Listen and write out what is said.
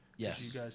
Yes